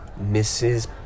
Mrs